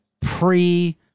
pre